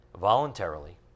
voluntarily